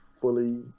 fully